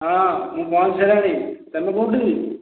ହଁ ମୁଁ ପହଞ୍ଚିଗଲିଣି ତୁମେ କେଉଁଠି